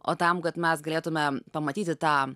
o tam kad mes galėtumėm pamatyti tą